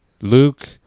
Luke